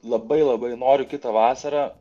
labai labai noriu kitą vasarą